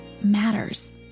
matters